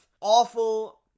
Awful